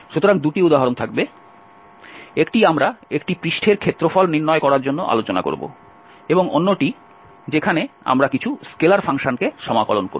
সুতরাং দুটি উদাহরণ থাকবে একটি আমরা একটি পৃষ্ঠের ক্ষেত্রফল নির্ণয় করার জন্য আলোচনা করব এবং অন্যটি যেখানে আমরা কিছু স্কেলার ফাংশনকে সমাকলন করব